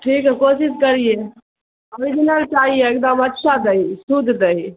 ٹھیک ہے کوشش کریے اوریجنل چاہیے ایک دم اچھا دہی شدھ دہی